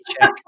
check